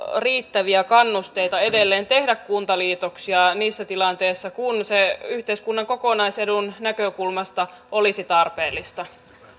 riittäviä kannusteita edelleen tehdä kuntaliitoksia niissä tilanteissa kun se yhteiskunnan kokonaisedun näkökulmasta olisi tarpeellista